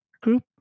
group